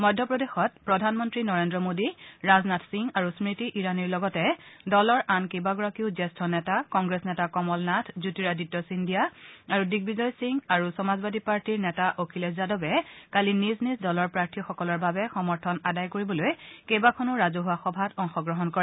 মধ্যপ্ৰদেশত প্ৰধানমন্ত্ৰী নৰেন্দ্ৰ মোদী ৰাজনাথ সিং আৰু স্মৃতি ইৰাণীৰ লগতে দলৰ আন কেইবাগৰাকীও জ্যেষ্ঠ নেতা কংগ্ৰেছ নেতা কমল নাথ জ্যোতিৰাদিত্য চিন্দিয়া আৰু দিগ্বিজয় সিং আৰু সমাজবাদী পাৰ্টিৰ নেতা অখিলেশ যাদৱে কালি নিজ নিজ দলৰ প্ৰাৰ্থীসকলৰ বাবে সমৰ্থন আদায় কৰিবলৈ কেইবাখনো ৰাজহুৱা সভাত অংশগ্ৰহণ কৰে